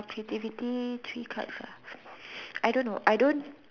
creativity three cards ah I don't know I don't